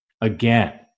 again